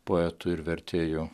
poetu ir vertėju